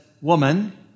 woman